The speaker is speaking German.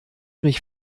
mich